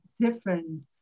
different